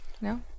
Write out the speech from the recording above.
No